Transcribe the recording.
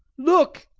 look!